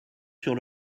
sur